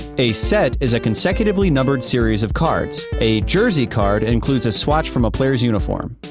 a set is a consecutively numbered series of cards. a jersey card includes a swatch from a players uniform.